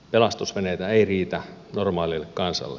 pelastusveneitä ei riitä normaalille kansalle